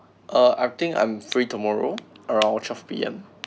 uh I think I'm free tomorrow around twelve p m